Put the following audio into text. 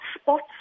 spots